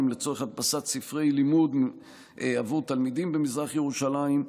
לצורך הדפסת ספרי לימוד עבור תלמידים במזרח ירושלים.